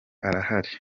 arahari